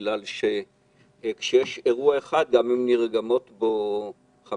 כי כשיש אירוע אחד אז גם אם נרגמות בו חמש